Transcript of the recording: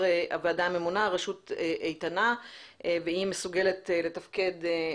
הוועדה הממונה הרשות איתנה ומסוגלת לתפקד שוב.